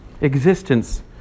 Existence